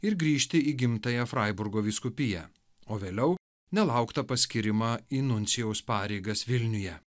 ir grįžti į gimtąją fraiburgo vyskupiją o vėliau nelauktą paskyrimą į nuncijaus pareigas vilniuje